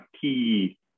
key